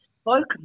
spoke